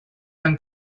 tan